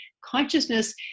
Consciousness